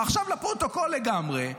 עכשיו לפרוטוקול לגמרי,